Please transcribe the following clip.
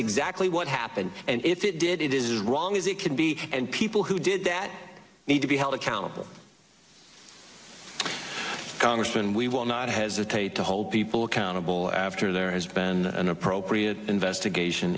exactly what happened and if it did it is wrong as it could be and people who did that need to be held accountable congressman we will not hesitate to hold people accountable after there has been an appropriate investigation